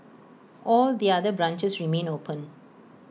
all the other branches remain open